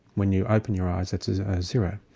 when you open your eyes that's a zero,